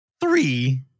Three